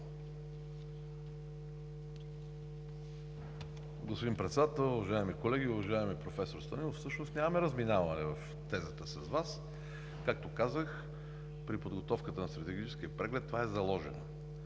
Господин Председател, уважаеми колеги! Уважаеми професор Станилов, всъщност нямаме разминаване в тезата с Вас. Както казах, при подготовката на стратегическия преглед това е заложено